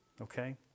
okay